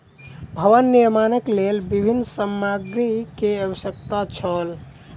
भवन निर्माणक लेल विभिन्न सामग्री के आवश्यकता छल